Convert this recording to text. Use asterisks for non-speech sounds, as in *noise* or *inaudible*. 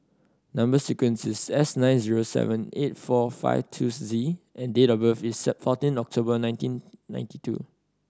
number sequence is S nine zero seven eight four five two Z and date of birth is *unintelligible* fourteen October nineteen ninety two